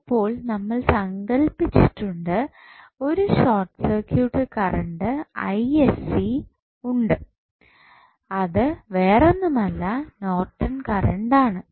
ഇപ്പോൾ നമ്മൾ സങ്കൽപ്പിച്ചിട്ടുണ്ട് ഒരു ഷോർട്ട് സർക്യൂട്ട് കറണ്ട് ഉണ്ട് അത് വേറെ ഒന്നുമല്ല നോർട്ടൻ കറണ്ട് ആണ്